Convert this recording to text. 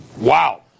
Wow